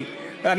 גם על יהודים.